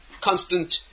constant